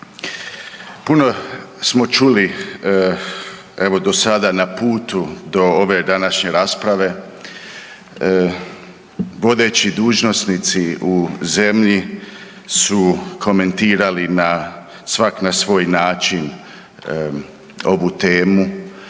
Puno smo čuli evo do sada na putu do ove današnje rasprave, vodeći dužnosnici u zemlji su komentirali na, svak na svoj način ovu temu.